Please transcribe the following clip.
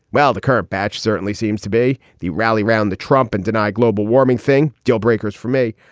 while the current batch certainly seems to be the rally round the trump and deny global warming thing. deal breakers for me.